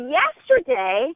yesterday